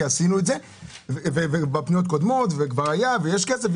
עשינו את זה בפניות קודמות וכבר היה ויש כסף,